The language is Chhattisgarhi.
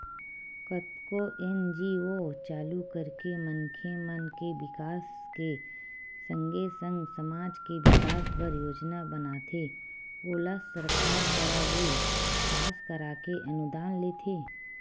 कतको एन.जी.ओ चालू करके मनखे मन के बिकास के संगे संग समाज के बिकास बर योजना बनाथे ओला सरकार करा ले पास कराके अनुदान लेथे